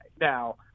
Now